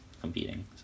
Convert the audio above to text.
competing